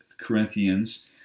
Corinthians